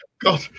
God